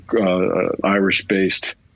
Irish-based